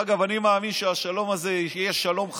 אני מאמין שהשלום הזה יהיה שלום חם,